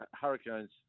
Hurricanes